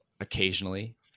occasionally